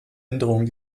änderung